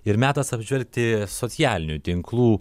ir metas apžvelgti socialinių tinklų